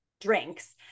drinks